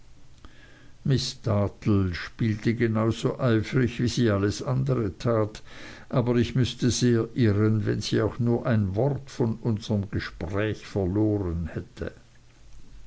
miß dartle spielte genau so eifrig wie sie alles an dere tat aber ich müßte sehr irren wenn sie auch nur ein wort von unserm gespräch verloren hätte